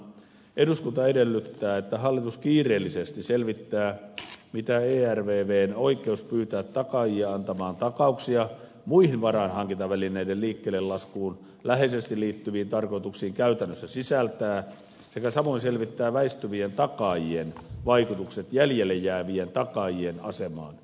eduskunta edellyttää että hallitus kiireellisesti selvittää mitä ervvn oikeus pyytää takaajia antamaan takauksia muihin varainhankintavälineiden liikkeellelaskuun läheisesti liittyviin tarkoituksiin käytännössä sisältää sekä samoin selvittää väistyvien takaajien vaikutukset jäljelle jäävien takaajien asemaan